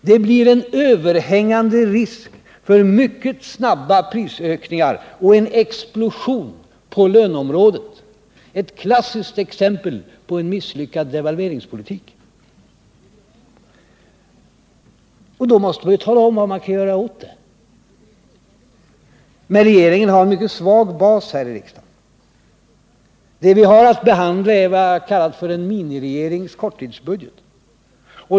Det blir en överhängande risk för mycket snabba prisökningar och en explosion på löneområdet — ett klassiskt exempel på en misslyckad devalveringspolitik. Då måste man ju tala om vad man kan göra åt det. Men regeringen har en mycket svag bas här i riksdagen. Det vi har att behandla är en miniregerings korttidsbudget.